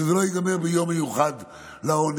שזה לא ייגמר ביום מיוחד לעוני,